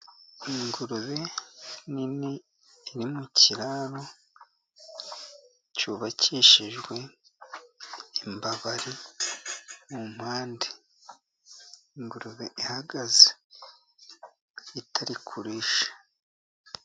Ingurube nini iri mu kiraro cyubakishijwe imbabari mu mpande. Ingurube ihagaze itari kurisha.